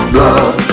love